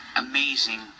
amazing